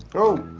oh,